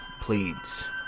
Pleads